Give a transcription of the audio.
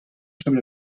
sobre